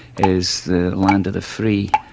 is the land of the free,